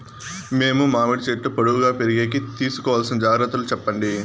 మేము మామిడి చెట్లు పొడువుగా పెరిగేకి తీసుకోవాల్సిన జాగ్రత్త లు చెప్పండి?